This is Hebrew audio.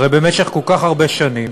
הרי במשך כל כך הרבה שנים,